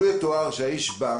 לו יתואר שהאיש בא,